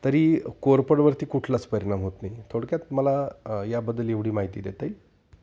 तरी कोरफडवरती कुठलाच परिणाम होत नाही थोडक्यात मला याबद्दल एवढी माहिती देता येईल